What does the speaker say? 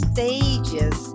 Stages